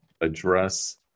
address